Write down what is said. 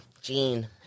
Gene